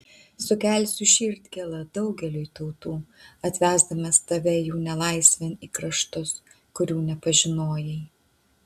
sukelsiu širdgėlą daugeliui tautų atvesdamas tave jų nelaisvėn į kraštus kurių nepažinojai